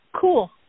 cool